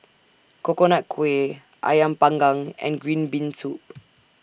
Coconut Kuih Ayam Panggang and Green Bean Soup